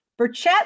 Burchett